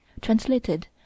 translated